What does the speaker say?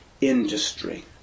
industry